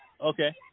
Okay